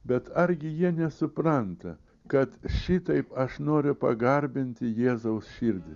bet argi jie nesupranta kad šitaip aš noriu pagarbinti jėzaus širdį